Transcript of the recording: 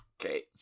Okay